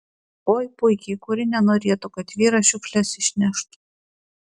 oi puikiai kuri nenorėtų kad vyras šiukšles išneštų